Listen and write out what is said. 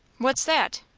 what's that?